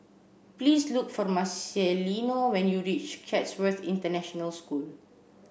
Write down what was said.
please look for Marcelino when you reach Chatsworth International School